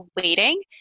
waiting